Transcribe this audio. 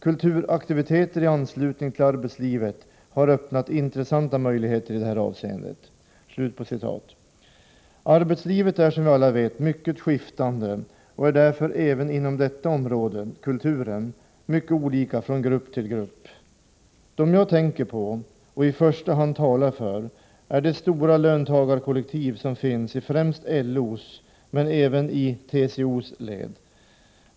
Kulturaktiviteter i anslutning till arbetslivet har öppnat intressanta möjligheter i detta avseende.” Arbetslivet är, som vi alla vet, mycket skiftande, och detta medför att förutsättningarna för kulturell verksamhet är mycket olika mellan olika grupper. De människor som jag tänker på och i första hand talar för är det stora löntagarkollektiv som finns främst i LO:s men även i TCO:s led.